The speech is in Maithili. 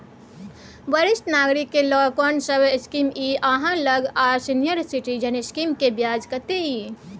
वरिष्ठ नागरिक ल कोन सब स्कीम इ आहाँ लग आ सीनियर सिटीजन स्कीम के ब्याज कत्ते इ?